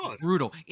brutal